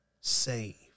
save